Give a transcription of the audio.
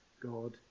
God